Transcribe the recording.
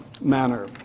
manner